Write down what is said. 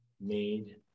Made